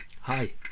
hi